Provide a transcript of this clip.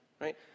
right